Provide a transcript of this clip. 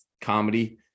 comedy